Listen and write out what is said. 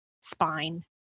spine